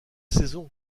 saison